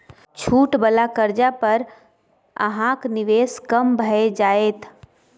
छूट वला कर्जा पर अहाँक निवेश कम भए जाएत